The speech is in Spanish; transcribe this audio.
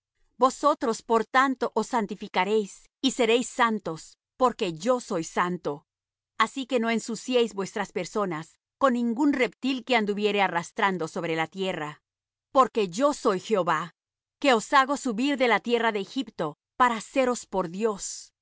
vosotros por tanto os santificaréis y seréis santos porque yo soy santo así que no ensuciéis vuestras personas con ningún reptil que anduviere arrastrando sobre la tierra porque yo soy jehová que os hago subir de la tierra de egipto para seros por dios